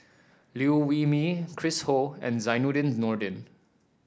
Liew Wee Mee Chris Ho and Zainudin Nordin